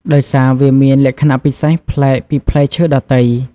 ដោយសារវាមានលក្ខណៈពិសេសប្លែកពីផ្លែឈើដទៃ។